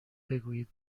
بگویید